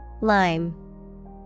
Lime